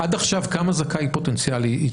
עד עכשיו כמה זכאי פוטנציאלי הנפקתם?